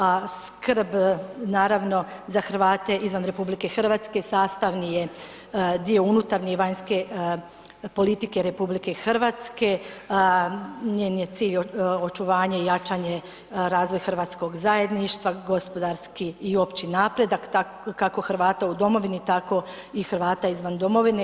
A skrb za Hrvate izvan RH je sastavni dio unutarnje i vanjske politike RH, njen je cilj očuvanje i jačanje razvoja hrvatskog zajedništva, gospodarski i opći napredak kako Hrvata u domovini tako i Hrvata izvan domovine.